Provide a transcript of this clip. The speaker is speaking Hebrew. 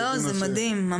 זה מדהים.